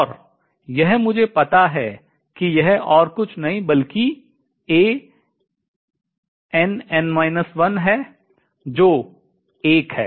और यह मुझे पता है कि यह और कुछ नहीं बल्कि है जो 1 है